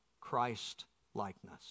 Christ-likeness